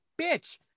bitch